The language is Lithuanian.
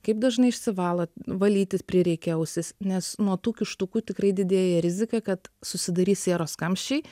kaip dažnai išsivalo valyti prireikia ausis nes nuo tų kištukų tikrai didėja rizika kad susidarys sieros kamščiai